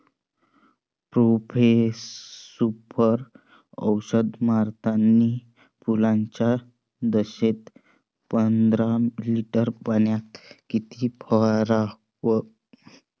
Profex Super औषध मारतानी फुलाच्या दशेत पंदरा लिटर पाण्यात किती फवाराव?